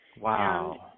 Wow